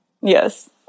Yes